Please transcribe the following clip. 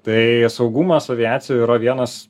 tai saugumas aviacijoj yra vienas